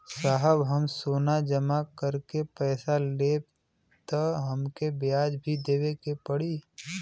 साहब हम सोना जमा करके पैसा लेब त हमके ब्याज भी देवे के पड़ी?